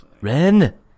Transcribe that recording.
Ren